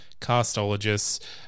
Castologists